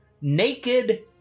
naked